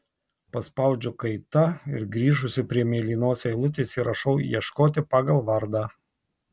paspaudžiu kaita ir grįžusi prie mėlynos eilutės įrašau ieškoti pagal vardą